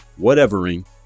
whatevering